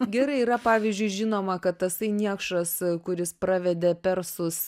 gerai yra pavyzdžiui žinoma kad tasai niekšas kuris pravedė persus